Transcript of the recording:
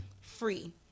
free